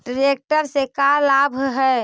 Tractor से का लाभ है?